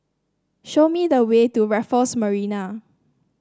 show me the way to Raffles Marina